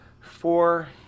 four